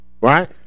Right